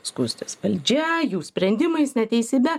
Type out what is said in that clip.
skųstis valdžia jų sprendimais neteisybe